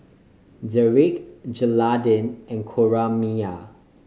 Derik Jeraldine and Coraima